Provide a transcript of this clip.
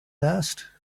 last